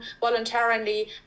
voluntarily